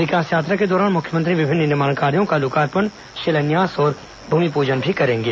विकास यात्रा के दौरान मुख्यमंत्री विभिन्न निर्माण कार्यो का लोकार्पण शिलान्यास और भूमिपूजन करेंगे